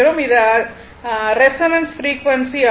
இது resonance frequency ஆகும்